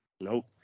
nope